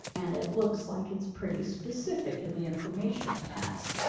and it looks like it's pretty specific and the information it has